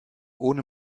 ohne